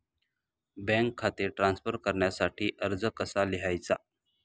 Bank खाते transfer करण्यासाठी अर्ज कसा लिहायचा?